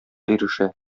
ирешә